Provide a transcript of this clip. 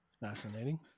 Fascinating